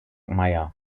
meyer